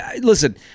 Listen